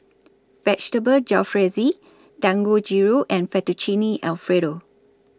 Vegetable Jalfrezi Dangojiru and Fettuccine Alfredo